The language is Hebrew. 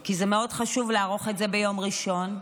כי מאוד חשוב לערוך את זה ביום ראשון,